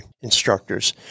instructors